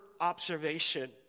observation